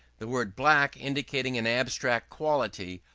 the word black, indicating an abstract quality,